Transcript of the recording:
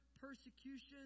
persecution